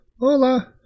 Hola